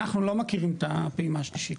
אנחנו לא מכירים את הפעימה השלישית,